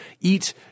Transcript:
Eat